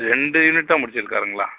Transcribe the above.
ரெண்டு யூனிட் தான் முடித்திருக்காருங்களா